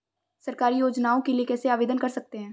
सरकारी योजनाओं के लिए कैसे आवेदन कर सकते हैं?